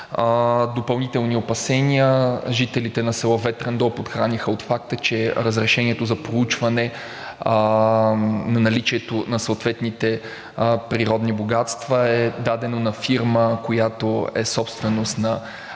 Допълнителни опасения жителите на село Ветрен дол подхраниха от факта, че разрешението за проучване на наличието на съответните природни богатства е дадено на фирма, която е собственост на